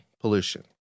pollution